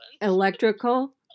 Electrical